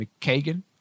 McKagan